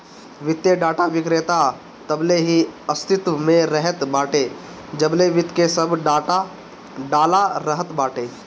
वित्तीय डाटा विक्रेता तबले ही अस्तित्व में रहत बाटे जबले वित्त के सब डाला रहत बाटे